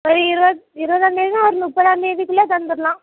வர இருவது இருபதாந்தேதினா ஒரு முப்பதாந்தேதிக்குள்ள தந்துடலாம்